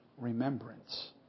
remembrance